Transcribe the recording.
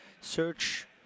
search